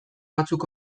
batzuk